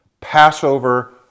Passover